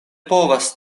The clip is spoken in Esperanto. povas